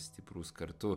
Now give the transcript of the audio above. stiprus kartu